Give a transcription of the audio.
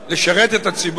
לשרת את הציבור.